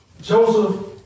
Joseph